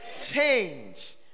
change